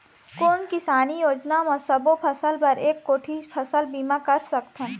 कोन किसानी योजना म सबों फ़सल बर एक कोठी फ़सल बीमा कर सकथन?